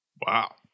Wow